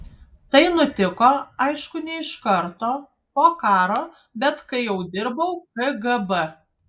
tai nutiko aišku ne iš karto po karo bet kai jau dirbau kgb